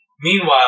Meanwhile